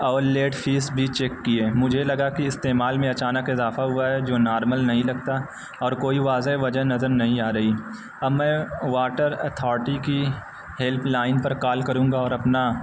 اور late fees بھی check کیے مجھے لگا کہ استعمال میں اچانک اضافہ ہوا ہے جو نارمل نہیں لگتا اور کوئی واضح وجہ نظر نہیں آ رہی اب میں واٹر اتھارٹی کی ہیلپ لائن پر کال کروں گا اور اپنا